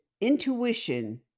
intuition